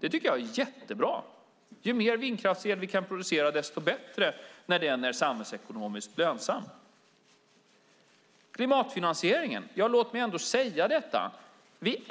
Det tycker jag är jättebra. Ju mer vindkraftsel vi kan producera desto bättre, när den är samhällsekonomiskt lönsam. När det gäller klimatfinansieringen vill jag ändå säga att vi